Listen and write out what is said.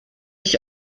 ich